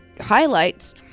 highlights